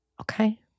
Okay